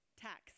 tax